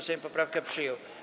Sejm poprawkę przyjął.